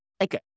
Okay